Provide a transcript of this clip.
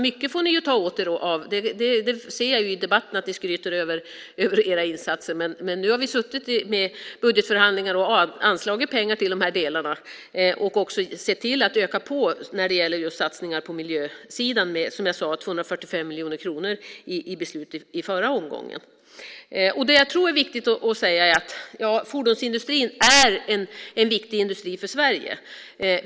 Mycket får ni ta åt er av - jag ser i debatten att ni skryter över era insatser - men nu har vi suttit i budgetförhandlingar och anslagit pengar till de här delarna och sett till att öka på när det gäller just satsningar på miljösidan, med 245 miljoner kronor i beslutet i förra omgången, som jag sade. Det jag tror är viktigt att säga är att fordonsindustrin är en viktig industri för Sverige.